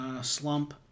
slump